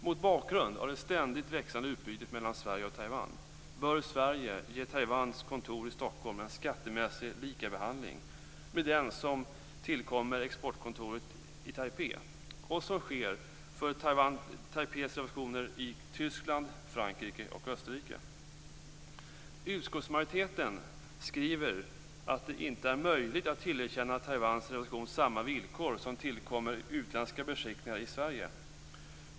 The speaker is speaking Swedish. Mot bakgrund av det ständigt växande utbytet mellan Sverige och Taiwan bör Sverige ge Taiwans kontor i Stockholm en skattemässig likabehandling med den som kommer exportkontoret i Taipei till del och som sker för Taipeis representationer i Tyskland, Utskottsmajoriteten skriver att det inte är möjligt att tillerkänna Taiwans representation samma villkor som tillkommer utländska beskickningar i Sverige.